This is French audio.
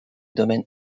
domaine